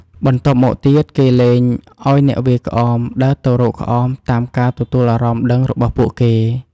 បន្ទាប់មកទៀតគេលែងឱ្យអ្នកវាយក្អមដើរទៅរកក្អមតាមការទទួលអារម្មណ៍ដឹងរបស់ពួកគេ។